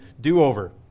do-over